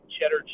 cheddar